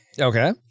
Okay